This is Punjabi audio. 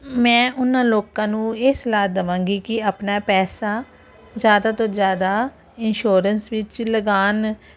ਮੈਂ ਉਹਨਾਂ ਲੋਕਾਂ ਨੂੰ ਇਹ ਸਲਾਹ ਦਵਾਂਗੀ ਕਿ ਆਪਣਾ ਪੈਸਾ ਜਿਆਦਾ ਤੋਂ ਜਿਆਦਾ ਇੰਸ਼ੋਰੈਂਸ ਵਿੱਚ ਲਗਾਣ